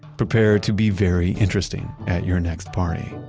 prepare to be very interesting at your next party.